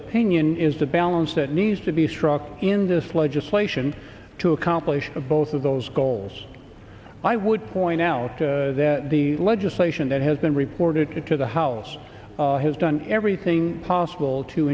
opinion is the balance that needs to be struck in this legislation to accomplish both of those goals i would point out that the legislation that has been reported to the house has done everything possible to